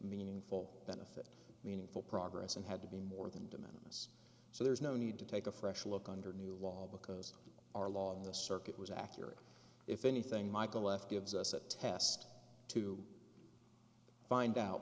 meaningful benefit meaningful progress and had to be more than de minimus so there is no need to take a fresh look under new law because our law of the circuit was accurate if anything michael left gives us a test to find out